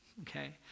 Okay